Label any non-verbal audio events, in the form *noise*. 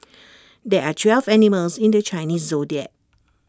*noise* there are twelve animals in the Chinese Zodiac